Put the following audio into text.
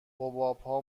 حبابها